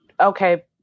okay